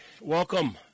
welcome